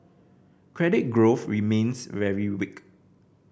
credit growth remains very weak